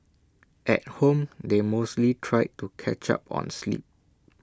at home they mostly try to catch up on sleep